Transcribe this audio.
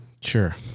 Sure